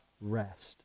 rest